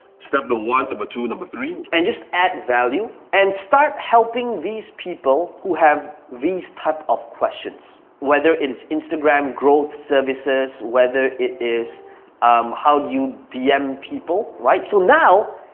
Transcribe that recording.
step the one, number but two, number three and just add value and start helping these people who have these type of questions, whether it is instagram growth services, whether it is um how do you dm people, right? so now,